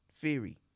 theory